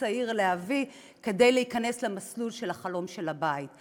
צעיר להביא כדי להיכנס למסלול של החלום של הבית.